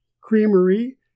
Creamery